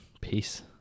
Peace